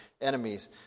enemies